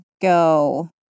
go